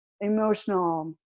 emotional